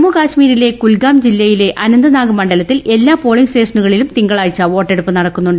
ജമ്മു കശ്മീരിലെ കുൽഗാം ജില്ലയിലെ അനന്ത്നാഗ് മണ്ഡലത്തിൽ എല്ലാ പോളിംഗ് സ്റ്റേഷനുകളിലും തിങ്കളാഴ്ച വോട്ടെടുപ്പ് നടക്കുന്നുണ്ട്